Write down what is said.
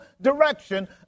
direction